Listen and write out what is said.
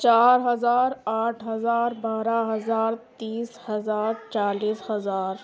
چار ہزار آٹھ ہزار بارہ ہزار تیس ہزار چالیس ہزار